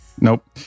Nope